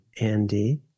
Andy